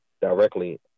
directly